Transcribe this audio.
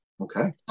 Okay